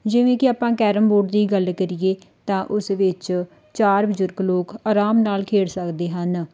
ਜਿਵੇਂ ਕਿ ਆਪਾਂ ਕੈਰਮ ਬੋਰਡ ਦੀ ਗੱਲ ਕਰੀਏ ਤਾਂ ਉਸ ਵਿੱਚ ਚਾਰ ਬਜ਼ੁਰਗ ਲੋਕ ਆਰਾਮ ਨਾਲ ਖੇਡ ਸਕਦੇ ਹਨ